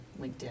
LinkedIn